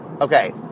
Okay